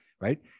right